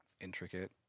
intricate